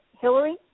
Hillary